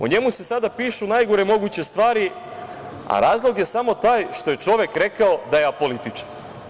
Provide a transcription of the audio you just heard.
O njemu se sada pišu najgore moguće stvari, a razlog je samo taj što je čovek rekao da je apolitičan.